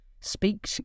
Speak